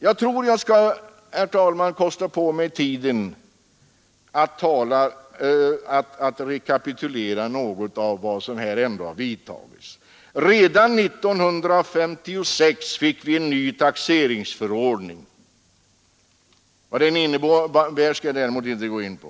Jag tror jag skall kosta på mig tiden att rekapitulera de åtgärder som har vidtagits på detta område. Redan 1956 fick vi en ny taxeringsförordning. Vad den innebär skall jag däremot inte gå in på.